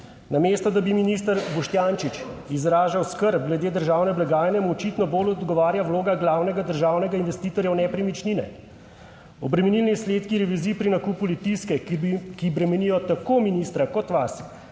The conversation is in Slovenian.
Namesto, da bi minister Boštjančič izražal skrb glede državne blagajne, mu očitno bolj odgovarja vloga glavnega državnega investitorja v nepremičnine. Obremenilni izsledki revizij pri nakupu Litijske, ki bremenijo tako ministra kot vas